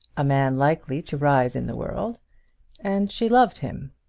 a man likely to rise in the world and she loved him.